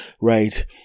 Right